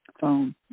phone